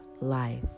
life